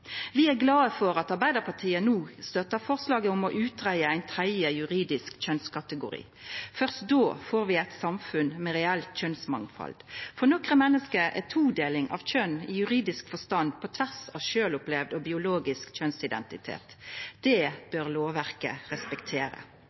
Vi er glade for at Arbeidarpartiet no støttar forslaget om å utgreia ein tredje juridisk kjønnskategori – fyrst då får vi eit samfunn med reelt kjønnsmangfald. For nokre menneske kjem todeling av kjønn i juridisk forstand på tvers av sjølvopplevd og biologisk kjønnsidentitet. Det bør lovverket respektere.